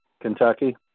Kentucky